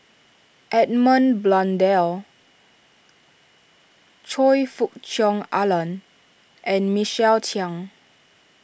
Edmund Blundell Choe Fook Cheong Alan and Michael Chiang